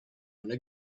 alla